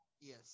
Yes